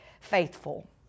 faithful